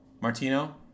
Martino